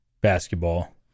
basketball